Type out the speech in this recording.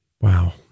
wow